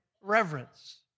reverence